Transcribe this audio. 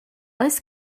oes